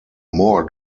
more